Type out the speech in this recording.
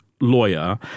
lawyer